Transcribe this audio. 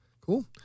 cool